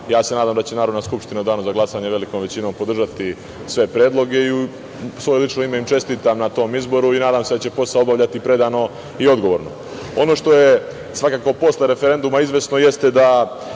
Ja se nadam da će Narodna skupština u danu za glasanje velikom većinom podržati sve predloge i u svoje lično ime im čestitam na tom izboru i nadam se da će posao obavljati predano i odgovorno. Ono što je svakako posle referenduma izvesno jeste da